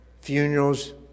funerals